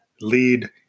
lead